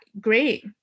great